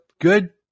good